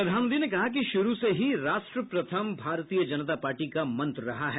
प्रधानमंत्री ने कहा कि शुरू से ही राष्ट्र प्रथम भारतीय जनता पार्टी का मंत्र रहा है